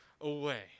away